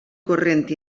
corrent